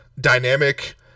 dynamic